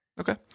okay